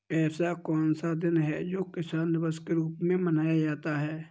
ऐसा कौन सा दिन है जो किसान दिवस के रूप में मनाया जाता है?